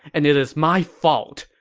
and it is my fault!